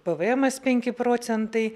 p v emas penki procentai